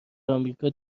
آمریکا